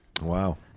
Wow